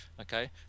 okay